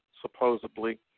supposedly